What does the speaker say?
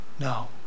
no